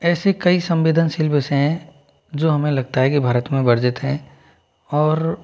ऐसी कई संवेदन विषय हैं जो हमें लगता है कि भारत में वर्जित हैं और